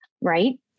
right